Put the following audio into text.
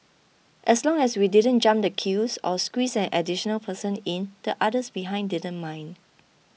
as long as we didn't jump the queues or squeezed an additional person in the others behind didn't mind